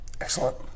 Excellent